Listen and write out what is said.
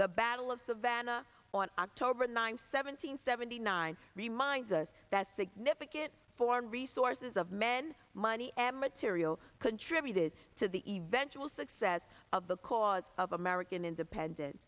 the battle of savannah on october ninth seventeen seventy nine reminds us that significant foreign resources of men money and material contributed to the eventual success of the cause of american independence